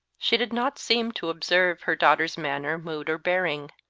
she did not seem to observe her daughter's manner, mood, or bearing.